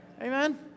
Amen